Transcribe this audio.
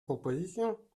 propositions